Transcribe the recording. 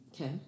Okay